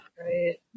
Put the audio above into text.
Right